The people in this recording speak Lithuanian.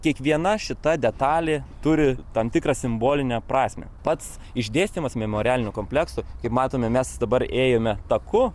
kiekviena šita detalė turi tam tikrą simbolinę prasmę pats išdėstymas memorialinio komplekso kaip matome mes dabar ėjome taku